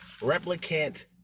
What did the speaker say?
Replicant